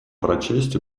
прочесть